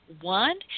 One